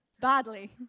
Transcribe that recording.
Badly